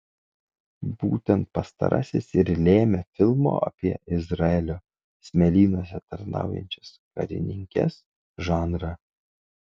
būtent pastarasis ir lėmė filmo apie izraelio smėlynuose tarnaujančias karininkes žanrą